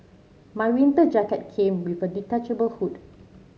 my winter jacket came with a detachable hood